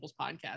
podcast